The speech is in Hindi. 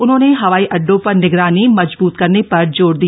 उन्होंने हवाई अड्डो पर निगरानी मजबूत करने पर जोर दिया